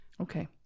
Okay